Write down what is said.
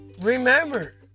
remember